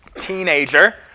teenager